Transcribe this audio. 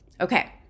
okay